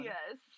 Yes